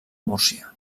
múrcia